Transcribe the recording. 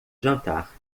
jantar